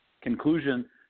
conclusion